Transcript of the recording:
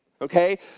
okay